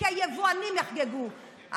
היבואנים יחגגו,